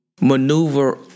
maneuver